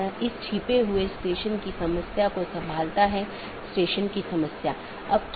तो एक BGP विन्यास एक ऑटॉनमस सिस्टम का एक सेट बनाता है जो एकल AS का प्रतिनिधित्व करता है